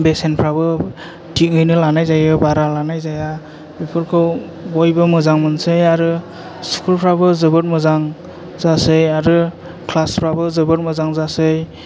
बेसेनफ्राबो थिखयैनो लानाय जायो बारा लानाय जाया बेफोरखौ बयबो मोजां मोनसै आरो स्कुलफ्राबो जोबोद मोजां जासै आरो क्लासफ्राबो जोबोद मोजां जासै